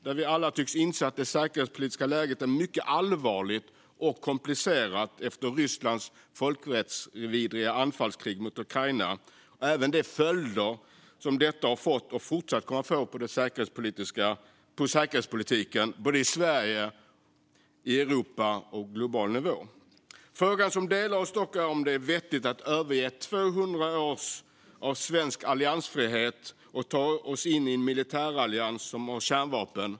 Vi tycks alla anse att det säkerhetspolitiska läget är mycket allvarligt och komplicerat efter Rysslands folkrättsvidriga anfallskrig mot Ukraina. Det gäller även de följder detta har fått och fortsatt kommer att få på säkerhetspolitiken både i Sverige, i Europa och på global nivå. Frågan som delar oss är om det är vettigt eller inte att överge 200 år av svensk alliansfrihet och ta oss in i en militärallians som har kärnvapen.